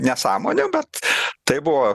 nesąmonių bet tai buvo